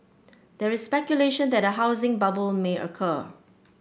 there is speculation that a housing bubble may occur